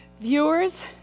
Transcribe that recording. viewers